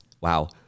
Wow